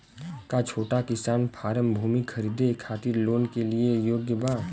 का छोटा किसान फारम भूमि खरीदे खातिर लोन के लिए योग्य बा?